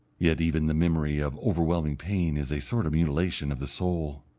yet even the memory of overwhelming pain is a sort of mutilation of the soul.